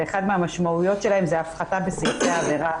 ואחת המשמעויות היא הפחתה בסעיפי העבירה,